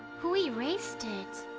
who erased it!